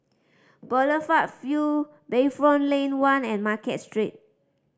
Boulevard Vue Bayfront Lane One and Market Street